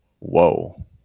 whoa